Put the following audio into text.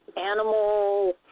animal